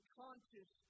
conscious